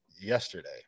yesterday